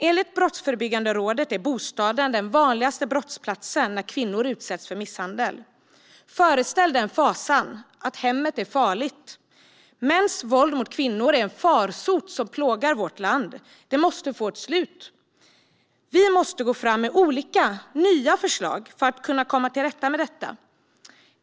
Enligt Brottsförebyggande rådet är bostaden den vanligaste brottsplatsen när kvinnor utsätts för misshandel. Föreställ er den fasan att hemmet är farligt. Mäns våld mot kvinnor är en farsot som plågar vårt land. Det måste få ett slut. Vi måste gå fram med olika nya förslag för att komma till rätta med detta.